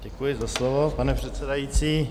Děkuji za slovo, pane předsedající.